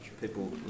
people